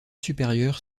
supérieures